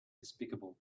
despicable